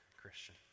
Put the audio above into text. Christian